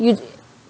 you